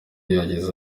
yagize